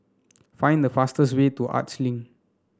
find the fastest way to Arts Link